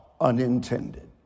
unintended